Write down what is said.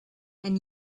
and